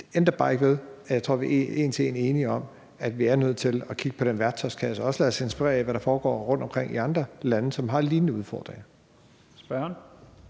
det tror jeg vi er en til en enige om – at vi er nødt til at kigge på den værktøjskasse og også lade os inspirere af, hvad der foregår rundtomkring i andre lande, som har lignende udfordringer.